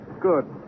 Good